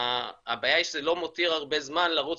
הבעיה היא שזה לא מותיר הרבה זמן לרוץ